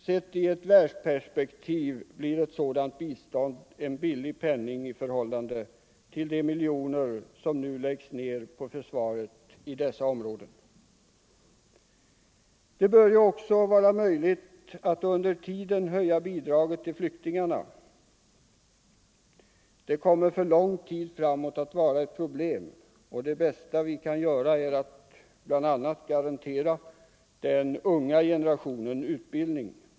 Sett i världsperspektivet blir ett sådant bistånd en billig penning i förhållande till de miljoner som nu läggs ned på försvaret i dessa områden. Det bör också vara möjligt att under tiden höja bidraget till flyktingarna. De kommer för lång tid framåt att vara ett problem, och det bästa vi kan göra är att garantera bl.a. den unga generationen utbildning.